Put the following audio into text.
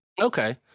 Okay